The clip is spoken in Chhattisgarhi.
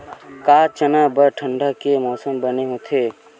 का चना बर ठंडा के मौसम बने होथे?